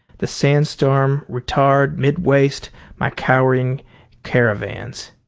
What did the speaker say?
the sand storm retard mid-waste my cowering caravans